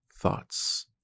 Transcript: thoughts